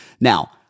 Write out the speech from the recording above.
Now